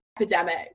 epidemic